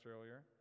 earlier